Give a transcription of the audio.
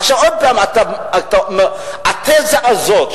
עוד פעם התזה הזאת,